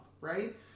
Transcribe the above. right